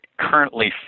Currently